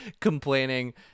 complaining